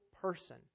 person